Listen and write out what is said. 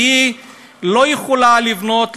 והיא לא יכולה לבנות,